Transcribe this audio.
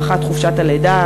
הארכת חופשת הלידה,